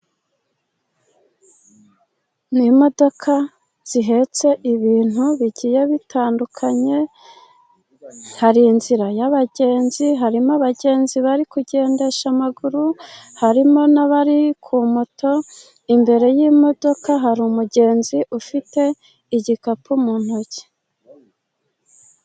Ni imodoka zihetse ibintu bigiye bitandukanye, hari inzira y'abagenzi, harimo abagenzi bari kugendesha amaguru, harimo n'abari kuri moto, imbere y'imodoka hari umugenzi ufite igikapu mu ntoki.